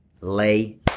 lay